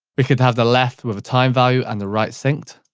we can have the left with a time value and the right synced.